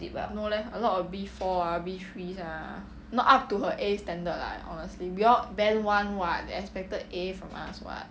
no leh a lot of B fours ah B threes ah not up to her A standard lah honestly we all band one [what] they expected A from us [what]